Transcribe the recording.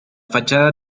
fachada